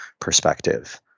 perspective